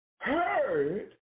heard